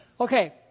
Okay